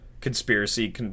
conspiracy